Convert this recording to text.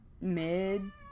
mid